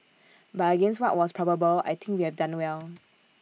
but against what was probable I think we have done well